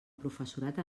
professorat